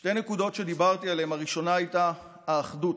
שתי הנקודות שדיברתי עליהן, הראשונה הייתה האחדות.